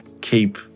keep